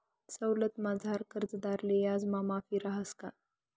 सवलतमझार कर्जदारले याजमा माफी रहास का?